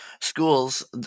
schools